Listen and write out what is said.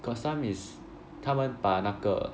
got some is 他们把那个